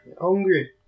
Hungry